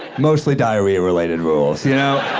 mostly diarrhea-related rules, you know?